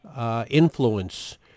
influence